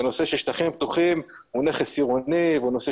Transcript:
שהנושא של שטחים פתוחים הוא נכס עירוני והוא נושא